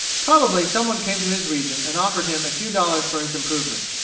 probably some one came to his region and offered him a few dollars for his improvements.